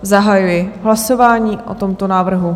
Zahajuji hlasování o tomto návrhu.